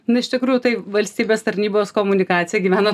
nu iš tikrųjų tai valstybės tarnybos komunikacija gyvena